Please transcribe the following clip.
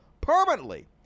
permanently